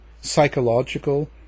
psychological